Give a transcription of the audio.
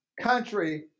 country